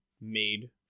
made